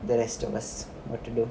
that rest of us what to do